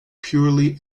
purely